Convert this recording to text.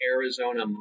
Arizona